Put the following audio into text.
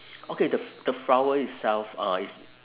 okay the f~ the flower itself uh is